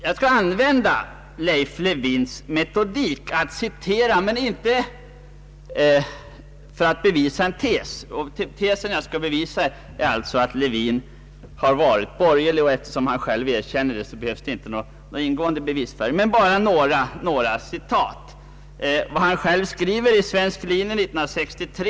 Jag skall använda Leif Lewins metodik att citera, men inte för att bevisa en tes — den tes jag skulle kunna bevisa är att Lewin har varit borgerlig, men eftersom han erkänner det själv behövs ingen bevisning. Men jag vill bara anföra några citat av vad han själv skrivit i Svensk Linje 1963.